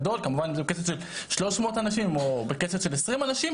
תלוי כמובן אם זה בית כנסת של 300 אנשים או בית כנסת של 20 אנשים,